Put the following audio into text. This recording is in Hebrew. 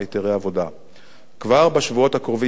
כבר בשבועות הקרובים, עם ההתחממות הצפויה,